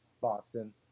Boston